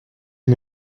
ils